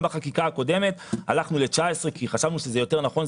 גם בחקיקה הקודמת הלכנו ל-2019 כי חשבנו שזה יותר נכון.